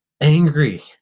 Angry